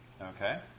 Okay